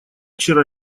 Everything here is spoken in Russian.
вчера